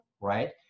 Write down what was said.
right